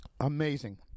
Amazing